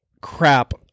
crap